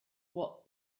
what